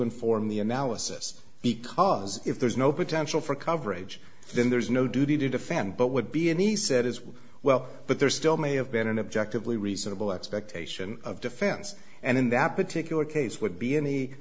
inform the analysis because if there's no potential for coverage then there's no duty to defend but would be any said as well but there still may have been an objective lee reasonable expectation of defense and in that particular case would be any